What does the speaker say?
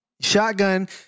Shotgun